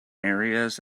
areas